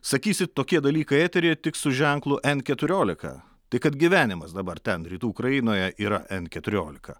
sakysit tokie dalykai eteryje tik su ženklu en keturiolika tai kad gyvenimas dabar ten rytų ukrainoje yra en keturiolika